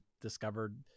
discovered